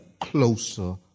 closer